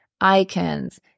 icons